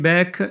Back